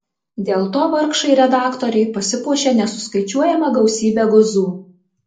dėl to vargšai redaktoriai pasipuošė nesuskaičiuojama gausybe guzų